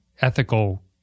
ethical